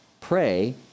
Pray